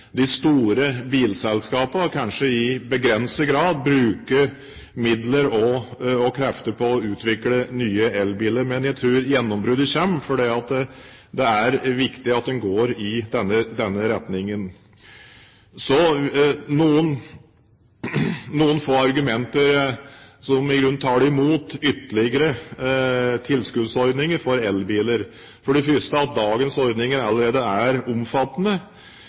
de store bilselskapene kanskje i begrenset grad bruker midler og krefter på å utvikle nye elbiler. Men jeg tror gjennombruddet kommer, fordi det er viktig at en går i denne retningen. Så noen få argumenter som i grunnen taler imot ytterligere tilskuddsordninger for elbiler: Dagens ordninger er for det første omfattende. Det er jo slik at